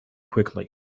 quickly